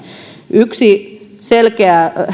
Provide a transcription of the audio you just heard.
yksi selkeä